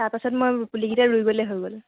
তাৰপিছত মই পুলিকেইটা ৰুই গ'লেই হৈ গ'ল